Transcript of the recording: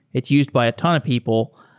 it's used by a ton of people,